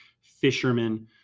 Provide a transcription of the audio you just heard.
fishermen